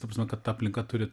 ta prasme kad ta aplinka turi